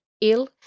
ill